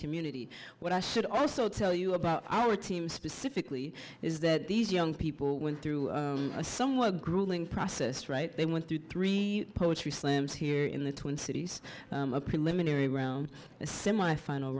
community what i should also tell you about our team specifically is that these young people went through a somewhat grueling process right they went through three poetry slams here in the twin cities preliminary round the semifinal